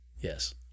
Yes